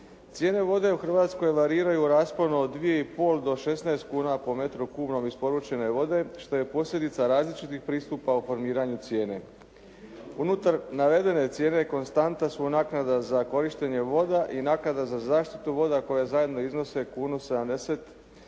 Cijene vode u Hrvatskoj variraju u rasponu od 2,5 do 16 kuna po metru kubnom isporučene vode, što je posljedica različitih pristupa u formiranju cijene. Unutar navedene cijene konstantna su naknada za korištenje voda i naknada za zaštitu voda koja zajedno iznose kunu 70 po